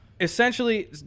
Essentially